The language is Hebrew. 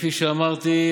כפי שאמרתי,